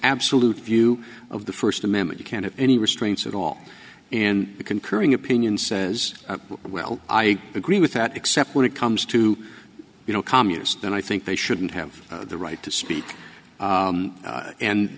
absolute view of the first amendment you can't have any restraints at all and the concurring opinion says well i agree with that except when it comes to you know communist and i think they shouldn't have the right to speak